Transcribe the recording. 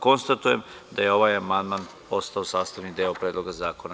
Konstatujem da je ovaj amandman postao sastavni deo Predloga zakona.